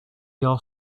your